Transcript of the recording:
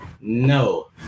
No